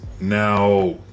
now